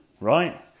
right